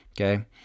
okay